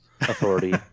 authority